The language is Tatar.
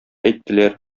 әйттеләр